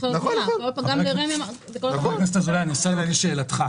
חבר הכנסת אזולאי, אני אנסה לענות לשאלתך.